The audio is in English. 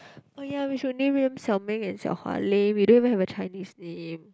oh ya we should name them 小明 and 小华 lame we don't even have a Chinese name